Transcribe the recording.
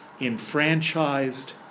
enfranchised